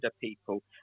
people